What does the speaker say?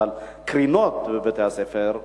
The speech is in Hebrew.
אבל קרינה בבתי-הספר,